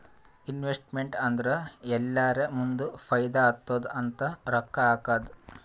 investment ಅಂದುರ್ ಎಲ್ಲಿರೇ ಮುಂದ್ ಫೈದಾ ಆತ್ತುದ್ ಅಂತ್ ರೊಕ್ಕಾ ಹಾಕದ್